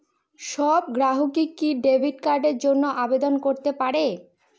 সব গ্রাহকই কি ডেবিট কার্ডের জন্য আবেদন করতে পারে?